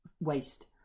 waste